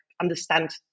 understand